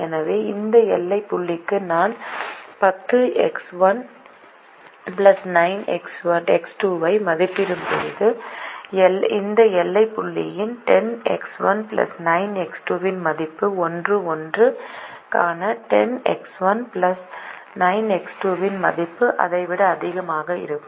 எனவே இந்த எல்லைப் புள்ளிக்கு நான் 10X1 9X2 ஐ மதிப்பிடும்போது இந்த எல்லைப் புள்ளியின் 10X1 9X2 இன் மதிப்பு 1 1 க்கான 10X1 9X2 இன் மதிப்பை விட அதிகமாக இருக்கும்